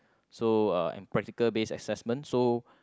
so uh and practical based assessment so